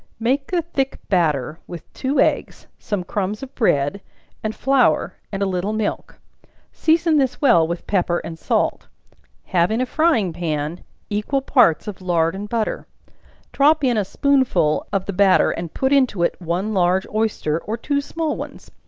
make a thick batter with two eggs, some crumbs of bread and flour, and a little milk season this well with pepper and salt have in a frying-pan equal parts of lard and butter drop in a spoonful of the batter and put into it one large oyster, or two small ones,